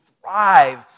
thrive